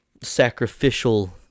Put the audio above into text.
sacrificial